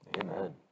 Amen